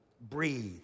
Breathe